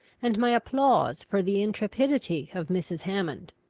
and my applause for the intrepidity of mrs. hammond.